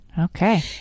Okay